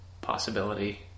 possibility